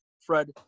Fred